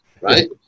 right